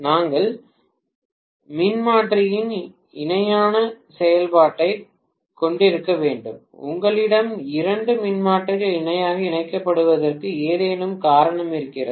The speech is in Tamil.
நாங்கள் ஏன் மின்மாற்றியின் இணையான செயல்பாட்டைக் கொண்டிருக்க வேண்டும் உங்களிடம் இரண்டு மின்மாற்றிகள் இணையாக இணைக்கப்படுவதற்கு ஏதேனும் காரணம் இருக்கிறதா